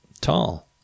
tall